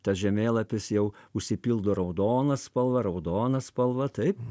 tas žemėlapis jau užsipildo raudona spalva raudona spalva taip